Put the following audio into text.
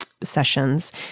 sessions